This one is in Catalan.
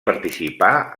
participà